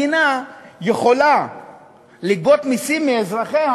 אין המדינה יכולה לגבות מסים מאזרחיה